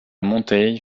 montée